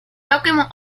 documents